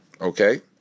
okay